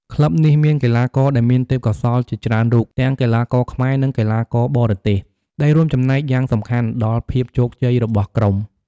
ក្លឹបនេះមានកីឡាករដែលមានទេពកោសល្យជាច្រើនរូប ទាំងកីឡាករខ្មែរ និងកីឡាករបរទេស ដែលរួមចំណែកយ៉ាងសំខាន់ដល់ភាពជោគជ័យរបស់ក្រុម។